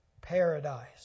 paradise